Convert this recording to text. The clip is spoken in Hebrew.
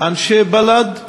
"אנשי בל"ד הקומוניסטים"